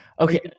okay